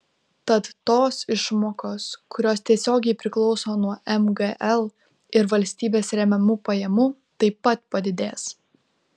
tad tos išmokos kurios tiesiogiai priklauso nuo mgl ir valstybės remiamų pajamų taip pat padidės